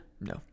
No